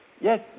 Yes